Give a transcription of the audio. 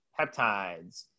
peptides